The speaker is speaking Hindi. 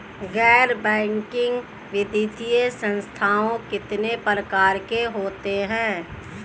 गैर बैंकिंग वित्तीय संस्थान कितने प्रकार के होते हैं?